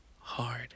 hard